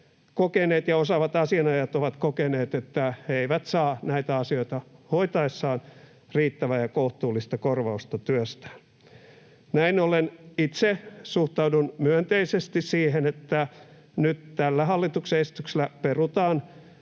kokeneet ja osaavat asianajajat ovat kokeneet, että he eivät saa näitä asioita hoitaessaan riittävää ja kohtuullista korvausta työstään. Näin ollen itse suhtaudun myönteisesti siihen, että nyt tällä hallituksen esityksellä